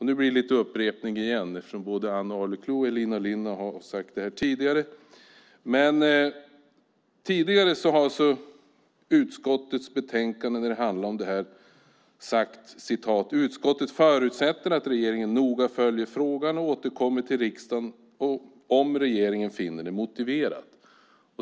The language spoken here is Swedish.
Nu blir det lite upprepning, eftersom både Ann Arleklo och Elina Linna har sagt detta tidigare. Tidigare har utskottet i sitt betänkande skrivit att utskottet förutsätter "att regeringen noga följer frågan och återkommer till riksdagen om regeringen finner det motiverat".